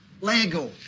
Lego